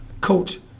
Coach